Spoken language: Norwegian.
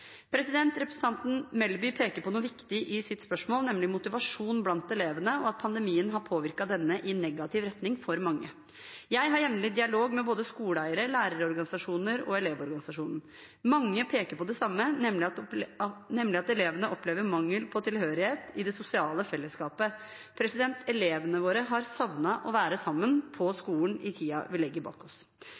Representanten Melby peker på noe viktig i sitt spørsmål, nemlig motivasjon blant elevene og at pandemien har påvirket denne i negativ retning for mange. Jeg har jevnlig dialog med både skoleeiere, lærerorganisasjoner og Elevorganisasjonen. Mange peker på det samme, nemlig at elevene opplever mangel på tilhørighet i det sosiale felleskapet. Elevene våre har savnet å være sammen på skolen i tiden vi legger bak oss.